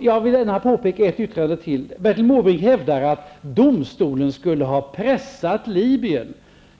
Jag vill gärna kommentera ett yttrande till. Bertil Måbrink hävdar att domstolen skulle ha pressat Libyen.